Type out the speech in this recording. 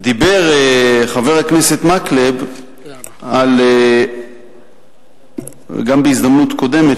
דיבר חבר הכנסת מקלב גם בהזדמנות קודמת,